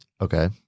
Okay